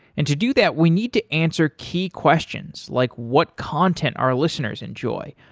and to do that we need to answer key questions like what content our listeners enjoy?